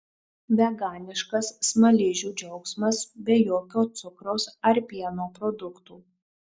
veganiškas smaližių džiaugsmas be jokio cukraus ar pieno produktų